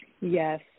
Yes